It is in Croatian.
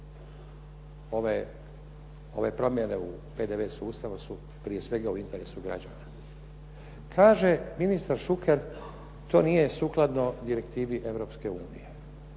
Ove promjene PDV-a u sustavu su prije svega u interesu građana. Kaže ministar Šuker, to nije sukladno direktivi Europske unije.